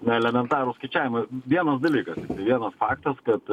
na elementarūs skaičiavimai vienas dalykas tiktai vienas faktas kad